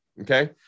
Okay